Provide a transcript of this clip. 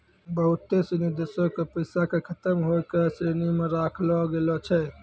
बहुते सिनी देशो के पैसा के खतम होय के श्रेणी मे राखलो गेलो छै